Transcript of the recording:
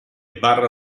barra